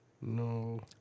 No